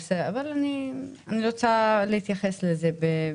אבל בבקשה, בכל מקרה אני רוצה להתייחס לזה.